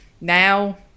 Now